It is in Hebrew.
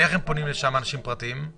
איך אנשים פרטיים פונים לשם?